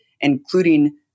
including